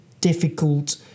difficult